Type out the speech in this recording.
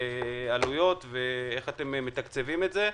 עם עלויות ואיך מתקצבים את זה,